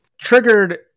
Triggered